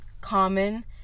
common